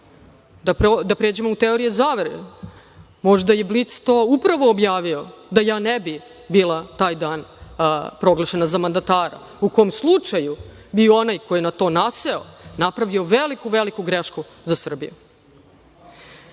Da pređemo u teorije zavere, možda je Blic to upravo objavio da ja ne bih bila taj dan proglašena za mandatara, u kom slučaju bi onaj koji je na to naseo napravio veliku, veliku grešku za Srbiju.